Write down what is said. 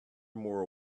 more